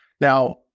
Now